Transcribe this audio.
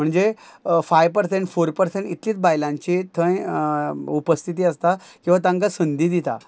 म्हणजे five percent four percent इतलीच बायलांची थंय उपस्थिती आसता किंवां तांकां संदी दिता